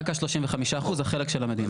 רק ה-35%, החלק של המדינה.